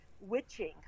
Witching